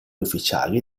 ufficiali